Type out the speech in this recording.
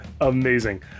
Amazing